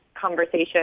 conversation